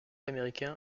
américain